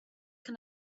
can